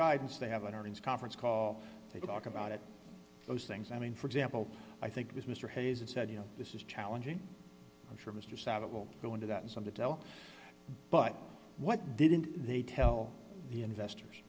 guidance they have an earnings conference call they talk about it those things i mean for example i think it was mr hayes that said you know this is challenging i'm sure mr sad it will go into that some to tell but what didn't they tell the investors